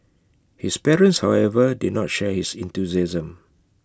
his parents however did not share his enthusiasm